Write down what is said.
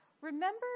Remember